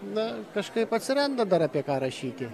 na kažkaip atsiranda dar apie ką rašyti